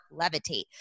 Levitate